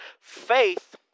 Faith